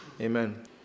amen